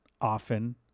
often